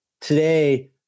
today